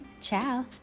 ciao